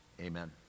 Amen